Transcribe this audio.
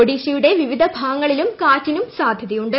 ഒഡീഷയുടെ വിവിധഭാഗങ്ങളിലും കാറ്റിനും സാധ്യതയുണ്ട്